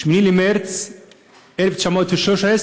8 במרס 1913,